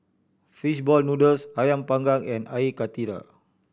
fish ball noodles Ayam Panggang and Air Karthira